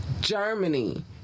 Germany